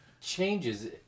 changes